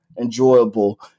enjoyable